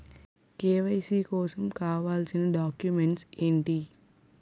KYC కోసం కావాల్సిన documents ఎంటి?